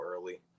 early